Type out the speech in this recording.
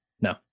No